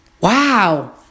Wow